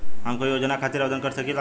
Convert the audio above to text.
हम कोई योजना खातिर आवेदन कर सकीला?